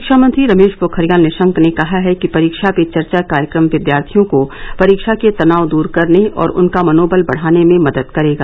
शिक्षा मंत्री रमेश पोखरियाल निशंक ने कहा है कि परीक्षा पे चर्चा कार्यक्रम विद्यार्थियों को परीक्षा के तनाव दूर करने और उनका मनोबल बढाने में मदद करेगा